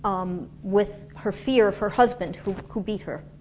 um with her fear of her husband who who beat her